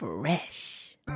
Fresh